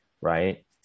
right